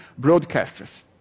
broadcasters